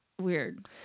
weird